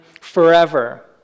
forever